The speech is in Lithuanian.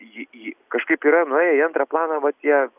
ji ji kažkaip yra nuėję į antrą planą va tie